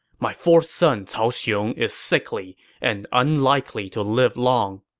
my fourth son cao xiong is sickly and unlikely to live long.